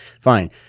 Fine